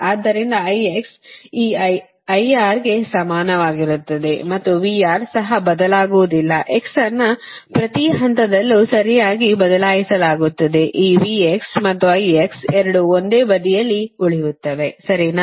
ಆದ್ದರಿಂದ I ಈ IR ಗೆ ಸಮಾನವಾಗಿರುತ್ತದೆ ಮತ್ತು VR ಸಹ ಬದಲಾಗುವುದಿಲ್ಲ x ಅನ್ನು ಪ್ರತಿ ಹಂತದಲ್ಲೂ ಸರಿಯಾಗಿ ಬದಲಾಯಿಸಲಾಗುತ್ತದೆ ಈ v ಮತ್ತು I ಎರಡೂ ಒಂದೇ ಬದಿಯಲ್ಲಿ ಉಳಿಯುತ್ತವೆ ಸರಿನಾ